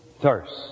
thirst